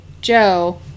Joe